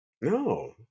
No